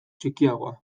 txikiagoa